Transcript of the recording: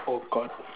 oh god